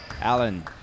Allen